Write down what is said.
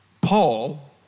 Paul